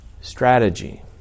strategy